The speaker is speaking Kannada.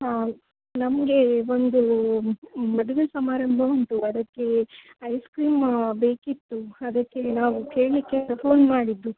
ಹಾಂ ನಮಗೆ ಒಂದು ಮದುವೆ ಸಮಾರಂಭ ಉಂಟು ಅದಕ್ಕೆ ಐಸ್ ಕ್ರೀಮ್ ಬೇಕಿತ್ತು ಅದಕ್ಕೆ ನಾವು ಕೇಳಲಿಕ್ಕೆ ಫೋನ್ ಮಾಡಿದ್ದು